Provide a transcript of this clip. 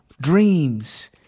Dreams